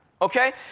Okay